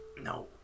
no